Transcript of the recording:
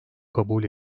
kabul